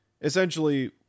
Essentially